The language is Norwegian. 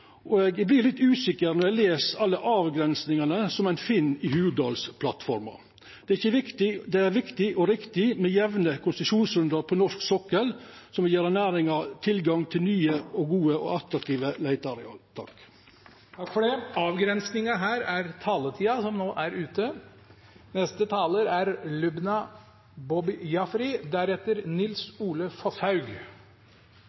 og eg vert litt usikker når eg les alle avgrensingane ein finn i Hurdalsplattforma. Det er viktig og riktig med jamlege konsesjonsrundar på norsk sokkel, som vil gje næringa tilgang på nye, gode og attraktive leiteareal. Norge har sammen med resten av verden det